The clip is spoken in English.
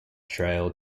trail